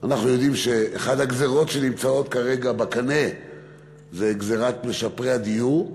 אנחנו יודעים שאחת הגזירות שנמצאות כרגע בקנה זה גזירת משפרי הדיור,